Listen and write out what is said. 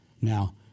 Now